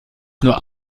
nur